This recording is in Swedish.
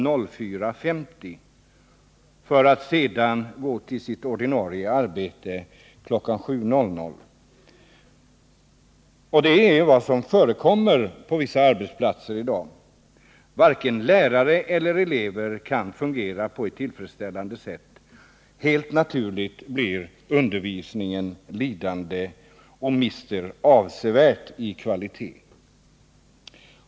04.50 och sedan gårtill sitt ordinarie arbete kl. 07.00, vilket förekommer på vissa arbetsplatser i dag. Varken lärare eller elever kan då fungera på ett tillfredsställande sätt — helt naturligt blir undervisningen lidande och mister avsevärt i kvalitet.